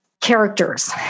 characters